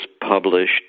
published